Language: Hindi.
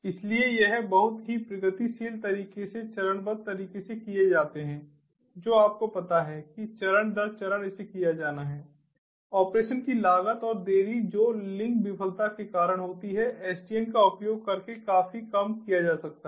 इसलिए ये बहुत ही प्रगतिशील तरीके से चरणबद्ध तरीके से किए जाते हैं जो आपको पता है कि चरण दर चरण इसे किया जाना है ऑपरेशन की लागत और देरी जो लिंक विफलता के कारण होती हैं SDN का उपयोग करके काफी कम किया जा सकता है